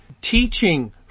teaching